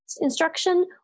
instruction